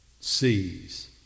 sees